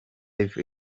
live